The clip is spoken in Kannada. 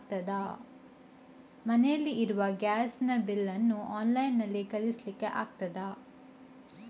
ಮನೆಯಲ್ಲಿ ಇರುವ ಗ್ಯಾಸ್ ನ ಬಿಲ್ ನ್ನು ಆನ್ಲೈನ್ ನಲ್ಲಿ ಕಳಿಸ್ಲಿಕ್ಕೆ ಆಗ್ತದಾ?